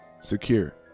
secure